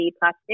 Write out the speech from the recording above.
plastic